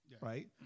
right